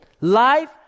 Life